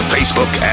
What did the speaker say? Facebook